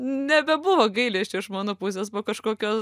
nebebuvo gailesčio iš mano pusės va kažkokio